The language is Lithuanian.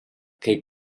kai